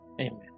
Amen